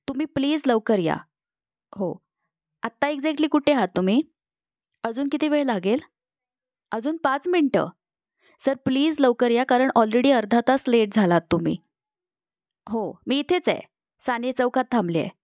तुम्ही प्लीज लवकर या हो आत्ता एक्झॅक्टली कुठे आहात तुम्ही अजून किती वेळ लागेल अजून पाच मिनटं सर प्लीज लवकर या कारण ऑलरेडी अर्धा तास लेट झालात तुम्ही हो मी इथेच आहे साने चौकात थांबले आहे